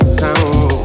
sound